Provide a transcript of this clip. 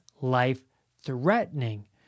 life-threatening